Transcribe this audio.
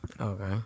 Okay